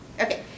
okay